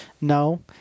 No